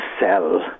sell